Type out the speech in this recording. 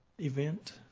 event